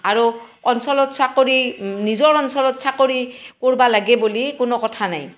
আৰু অঞ্চলত চাকৰি নিজৰ অঞ্চলত চাকৰি কৰবা লাগে বুলি কোনো কথা নাই